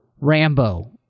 Rambo